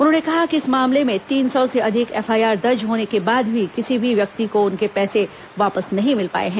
उन्होंने कहा कि इस मामले में तीन सौ से अधिक एफआईआर दर्ज होने के बाद भी किसी भी व्यक्ति को उनके पैसे वापस नहीं मिल पाए हैं